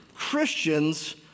Christians